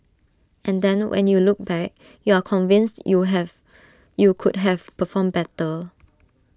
and then when you look back you are convinced you have you could have performed better